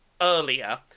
Earlier